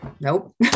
Nope